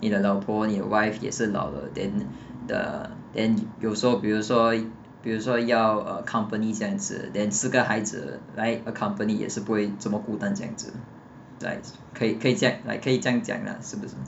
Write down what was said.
你的老婆你的 wife 也是老了 then uh then 有时候比如说比如说要 uh company 这样子 then 四个孩子来 accompany 也是不会这么孤单这样子可以可以这样 like 可以这样讲 ah 是不是